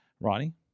Ronnie